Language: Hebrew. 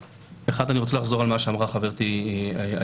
אני רוצה לחזור על מה שאמרה חברתי איילת.